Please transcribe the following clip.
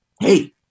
hey